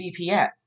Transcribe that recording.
VPN